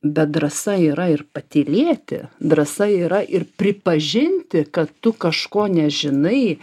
bet drąsa yra ir patylėti drąsa yra ir pripažinti kad tu kažko nežinai